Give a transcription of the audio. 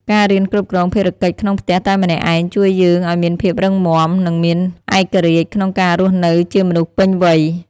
ការរៀនគ្រប់គ្រងភារកិច្ចក្នុងផ្ទះតែម្នាក់ឯងជួយយើងឱ្យមានភាពរឹងមាំ និងមានឯករាជ្យក្នុងការរស់នៅជាមនុស្សពេញវ័យ។